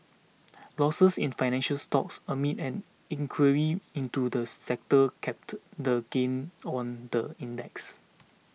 losses in financial stocks amid an inquiry into the sector capped the gains on the index